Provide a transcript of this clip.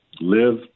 live